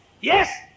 Yes